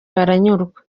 baranyurwa